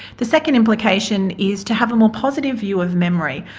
the second implication is to have a more positive view of memory,